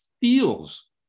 feels